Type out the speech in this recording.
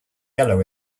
yellow